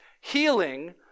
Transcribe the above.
healing